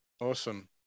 awesome